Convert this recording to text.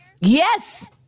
Yes